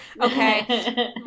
Okay